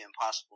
impossible